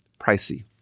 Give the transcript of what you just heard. pricey